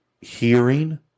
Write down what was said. hearing